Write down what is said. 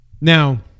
Now